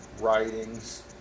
writings